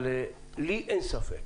אבל לי אין ספק